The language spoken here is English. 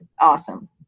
awesome